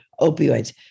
opioids